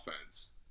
offense